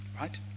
Right